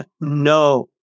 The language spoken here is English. No